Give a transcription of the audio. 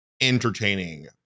Entertaining